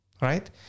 Right